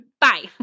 Bye